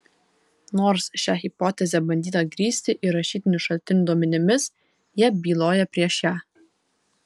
nors šią hipotezę bandyta grįsti ir rašytinių šaltinių duomenimis jie byloja prieš ją